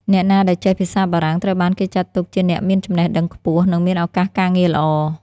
អ្នកណាដែលចេះភាសាបារាំងត្រូវបានគេចាត់ទុកជាអ្នកមានចំណេះដឹងខ្ពស់ និងមានឱកាសការងារល្អ។